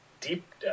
deep